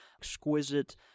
exquisite